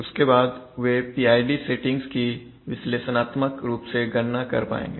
उसके बाद वे PID सेटिंग्स की विश्लेषणात्मक रूप से गणना कर पाएंगे